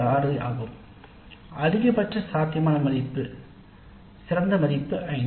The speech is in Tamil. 6 ஆகும் அதிகபட்ச சாத்தியமான மதிப்பு சிறந்த மதிப்பு 5